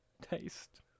taste